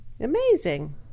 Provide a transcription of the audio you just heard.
Amazing